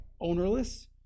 ownerless